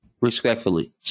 Respectfully